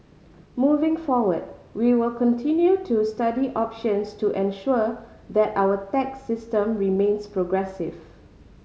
moving forward we will continue to study options to ensure that our tax system remains progressive